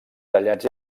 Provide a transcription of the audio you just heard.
tallats